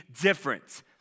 different